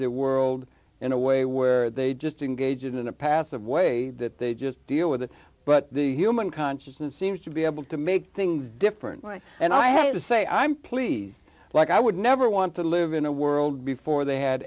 the world in a way where they just engage in a passive way that they just deal with it but the human consciousness seems to be able to make things differently and i hate to say i'm pleased like i would never want to live in a world before they had